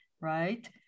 right